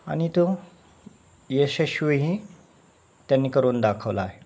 आणि तो यशश्वीही त्यांनी करून दाखवला आहे